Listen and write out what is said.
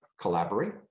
collaborate